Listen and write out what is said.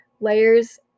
layers